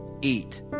eat